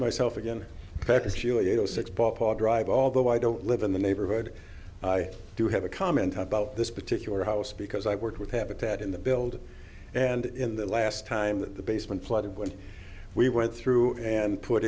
myself again six ball park drive although i don't live in the neighborhood i do have a comment about this particular house because i worked with habitat in the building and in the last time that the basement flooded when we went through and put